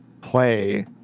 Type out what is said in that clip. play